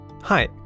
Hi